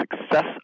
success